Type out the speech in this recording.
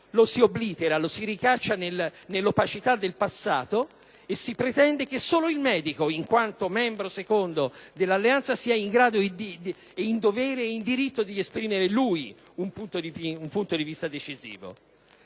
lo si oblitera, lo si ricaccia nell'opacità del passato, pretendendo che solo il medico, in quanto membro secondo dell'alleanza, sia in grado, in diritto e in dovere di esprimere un punto di vista decisivo.